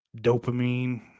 dopamine